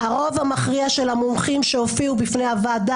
הרוב המכריע של המומחים שהופיעו בפני הוועדה